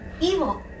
evil